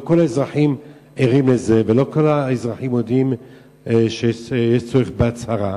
לא כל האזרחים ערים לזה ולא כל האזרחים יודעים שיש צורך בהצהרה.